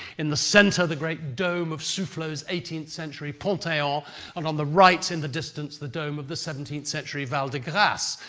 in the centre, the great dome of soufflot's eighteenth century pantheon, and on the right, in the distance, the dome of the seventeenth century val de grace.